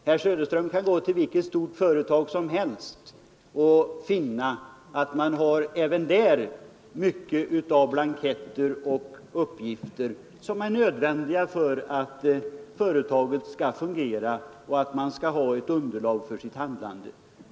Herr Söderström kan gå till vilket stort företag som helst och finna att man även där har mycket av blanketter och uppgifter som är nödvändiga för att företaget skall fungera och för att man skall ha ett underlag för sitt handlande.